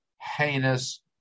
heinous